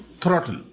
throttle